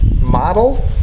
model